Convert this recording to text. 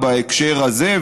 בהקשר הזה,